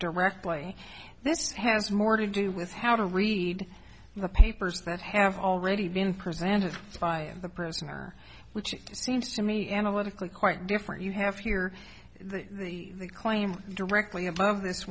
directly this has more to do with how to read the papers that have already been presented by the prisoner which seems to me analytically quite different you have to hear the claim directly above this